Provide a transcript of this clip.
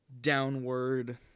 downward